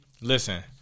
Listen